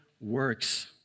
works